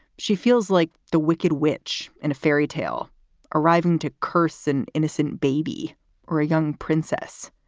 she feels like the wicked witch in a fairy tale arriving to curse an innocent baby or a young princess.